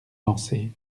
danser